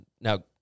Now